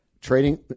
trading